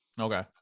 Okay